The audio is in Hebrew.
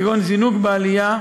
כגון "זינוק בעלייה",